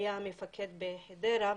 הוא היה מפקד בחדרה.